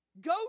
Go